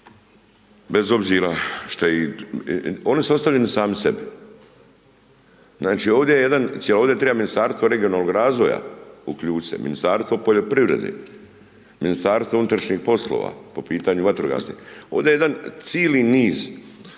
bez obzira, oni su ostavljeni sami sebi. Znači, ovdje je jedan, ovdje treba Ministarstvo regionalnog razvoja uključiti se, Ministarstvo poljoprivrede, MUP po pitanju vatrogasnih. Ovdje je jedan cili niz